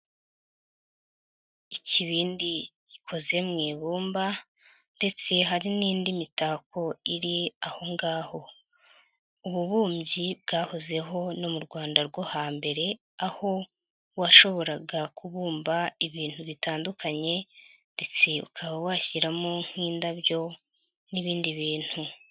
Ikibindi gikoze mu ibumba ndetse hari n'indi mitako iri aho ngaho. Ububumbyi bwahozeho no mu Rwanda rwo hambere aho washoboraga kubumba ibintu bitandukanye ndetse ukaba washyiramo nk'indabyo n'ibindi bintu.